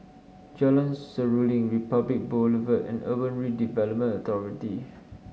Jalan Seruling Republic Boulevard and Urban Redevelopment Authority